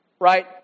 right